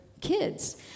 kids